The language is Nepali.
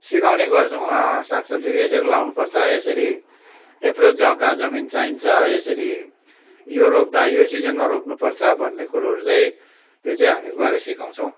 सिकाउने गर्छौँ साग सब्जी यसरी लाउनु पर्छ यसरी यत्रो जग्गा जमिन चाहिन्छ यसरी यो रोप्दा यो सिजनमा रोप्नु पर्छ भन्ने कुरोहरू चाहिँ त्यो चाहिँ हामी गएर सिकाउँछौँ